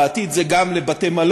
בעתיד זה גם לבתי-מלון,